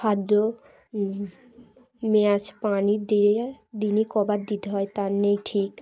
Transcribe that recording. খাদ্য ম্যাঁজ পানি দিয়ে দিনই কবার দিতে হয় তার নেই ঠিক